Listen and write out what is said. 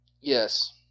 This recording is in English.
Yes